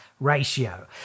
Ratio